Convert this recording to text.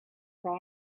there